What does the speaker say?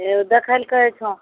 हे देखै लऽ कहै छौ